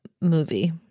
movie